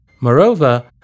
Moreover